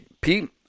Pete